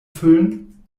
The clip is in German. füllen